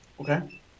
Okay